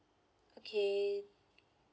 okay